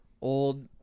old